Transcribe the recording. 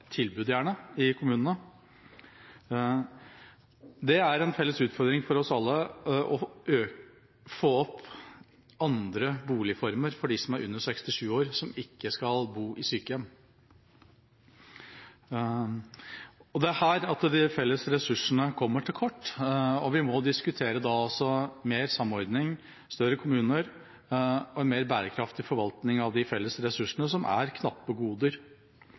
tilbud i kommunene. Det er en felles utfordring for oss alle å få opp andre boligformer for dem som er under 67 år, som ikke skal bo på sykehjem. Det er her de felles ressursene kommer til kort, og vi må diskutere mer samordning, større kommuner og en mer bærekraftig forvaltning av de felles ressursene, som er knappe goder.